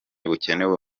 bukenewe